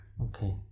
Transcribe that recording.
Okay